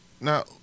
Now